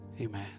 Amen